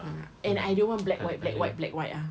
ah and I don't want black white black white black white ah